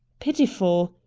pitiful!